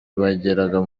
bageraga